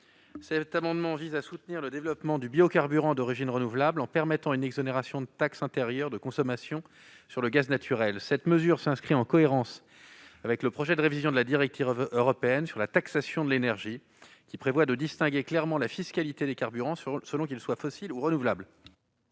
Cet amendement vise à soutenir le développement du biocarburant d'origine renouvelable en permettant une exonération de taxe intérieure de consommation sur le gaz naturel. Cette mesure s'inscrit en cohérence avec le projet de révision de la directive européenne sur la taxation de l'énergie (ETD), qui prévoit de distinguer clairement la fiscalité des carburants, selon qu'ils soient fossiles ou renouvelables.